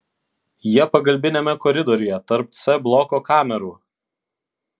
jie pagalbiniame koridoriuje tarp c bloko kamerų